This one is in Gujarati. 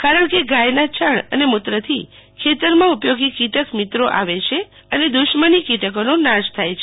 કારણ કે ગાયના છાણ અને મુત્રથી ખેતરમાં ઉપયોગી કિટક મિત્રો આવે છે અને દુશ્મની કિટકોનો નાશ થાય છે